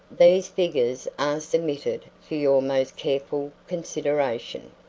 these figures are submitted for your most careful consideration.